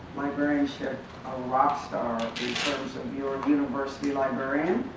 librarianship a rockstar because of your university librarian.